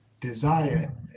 Desire